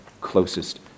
closest